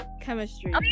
Chemistry